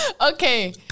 Okay